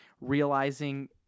realizing